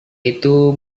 itu